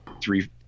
three